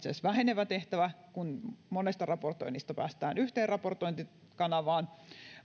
asiassa vähenevä tehtävä kun monesta raportoinnista päästään yhteen raportointikanavaan